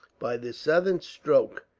by this sudden stroke,